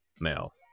male